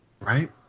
right